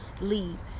leave